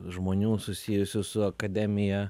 žmonių susijusių su akademija